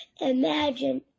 Imagine